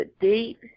deep